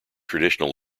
traditional